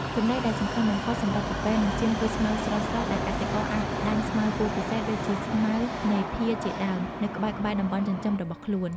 ចំណីដែលសំខាន់បំផុតសម្រាប់ពពែនិងចៀមគឺស្មៅស្រស់ៗ ដែលកសិករអាចដាំស្មៅពូជពិសេសដូចជា ស្មៅណេភៀរជាដើម នៅក្បែរៗតំបន់ចិញ្ចឹមរបស់ខ្លួន។